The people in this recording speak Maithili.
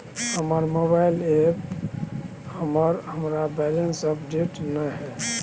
हमर मोबाइल ऐप पर हमरा बैलेंस अपडेट नय हय